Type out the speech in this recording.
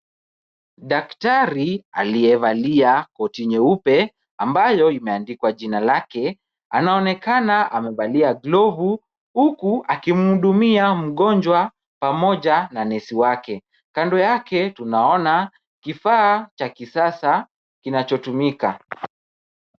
Daktari aliyevalia koti nyeupe ambayo imeandikwa jina lake, anaonekana amevalia glovu huku akimhudumia mgonjwa pamoja na nesi wake, kando yake tunaona kifaa cha kisasa kinachotumika.